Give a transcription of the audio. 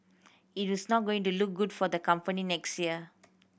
it is not going to look good for the company next year